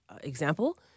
example